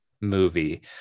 movie